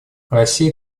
россия